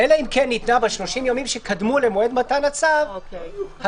אלא אם כן ניתנה ב-30 הימים שקדמו למועד מתן הצו התראה.